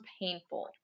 painful